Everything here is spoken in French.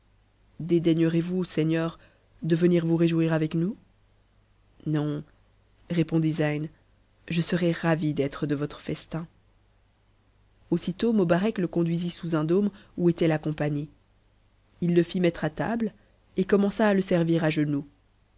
dédaignerez vous seigneur de venir vous réjouir avec nous non répondit zeyn je serai ravi d'être de votre festin aussitôt mobarec le conduisit sous un dôme où était a compagnie h e fit mettre à table et commença à le servir à genoux